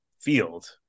field